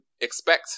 expect